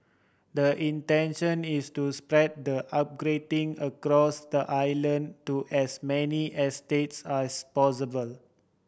the intention is to spread the upgrading across the island to as many estates as possible